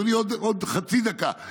אדוני, עוד חצי דקה.